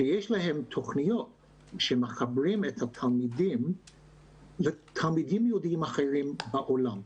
שיש להם תוכניות שמחברות את התלמידים לתלמידים יהודים אחרים בעולם.